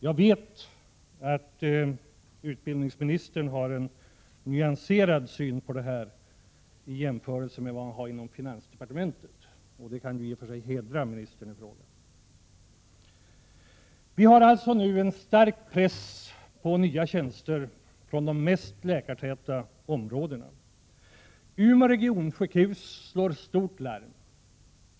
Jag vet att utbildningsministern har en nyanserad syn på det här i jämförelse med vad man har inom finansdepartementet, och det hedrar i och för sig utbildningsministern. Vi har alltså nu en stor press på att få inrätta nya tjänster från de mest läkartäta områdena. Umeå regionsjukhus slår stort larm.